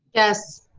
yes.